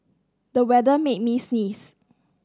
the weather made me sneeze